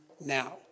now